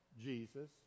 Jesus